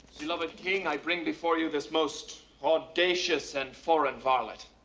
beloved king, i bring before you this most audacious and foreign varlet.